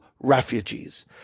refugees